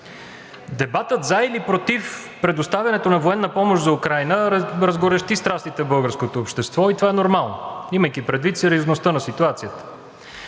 Дебатът за или против предоставянето на военна помощ за Украйна разгорещи страстите в българското общество и това е нормално, имайки предвид сериозността на ситуацията